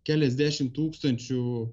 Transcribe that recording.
keliasdešimt tūkstančių